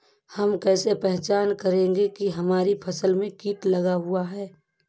हम कैसे पहचान करेंगे की हमारी फसल में कीट लगा हुआ है?